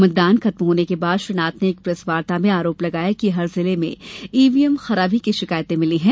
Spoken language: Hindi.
मतदान खत्म होने के बाद श्री नाथ ने एक प्रेसवार्ता में आरोप लगाया कि हर जिले से ईवीएम खराबी की शिकायतें मिली हैं